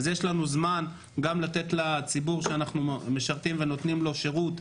כך יש לנו זמן גם לתת לציבור שאנחנו משרתים ונותנים לו שירות,